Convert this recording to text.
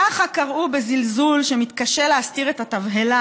ככה קראו בזלזול שמתקשה להסתיר את התבהלה,